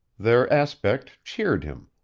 their aspect cheered him.